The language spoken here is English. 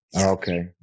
Okay